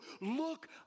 Look